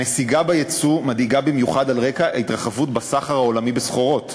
הנסיגה ביצוא מדאיגה במיוחד על רקע התרחבות בסחר העולמי בסחורות.